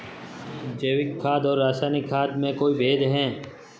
जैविक खाद और रासायनिक खाद में कोई भेद है?